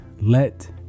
let